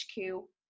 hq